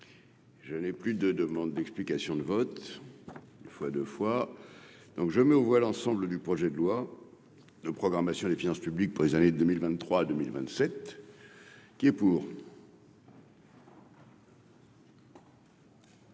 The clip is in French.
Je n'ai plus de demandes d'explications de vote une fois deux fois donc je mets aux voix l'ensemble du projet de loi de programmation des finances publiques pour les années 2023 2027 qui est pour.